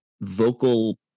vocal